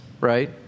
Right